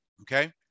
okay